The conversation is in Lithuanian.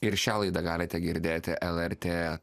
ir šią laidą galite girdėti el er tė